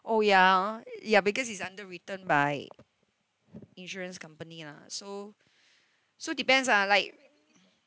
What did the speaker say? oh ya oh ya because is underwritten by insurance company lah so so depends ah like